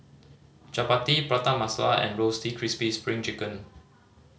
chappati Prata Masala and Roasted Crispy Spring Chicken